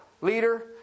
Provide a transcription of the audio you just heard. leader